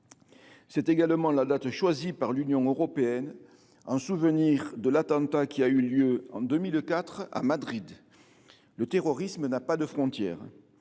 C’est également la date choisie par l’Union européenne, en souvenir de l’attentat qui a eu lieu en 2004 à Madrid. Le terrorisme n’a pas de frontières.